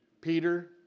Peter